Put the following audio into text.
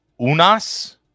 Unas